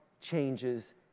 changes